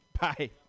Bye